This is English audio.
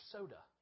Soda